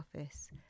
office